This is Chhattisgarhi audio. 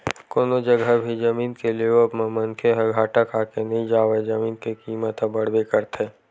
कोनो जघा भी जमीन के लेवब म मनखे ह घाटा खाके नइ जावय जमीन के कीमत ह बड़बे करथे